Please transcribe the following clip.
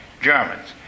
Germans